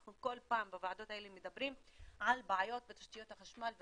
אנחנו כל פעם בוועדות האלה מדברים על הבעיות בתשתיות החשמל והאינטרנט,